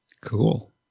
Cool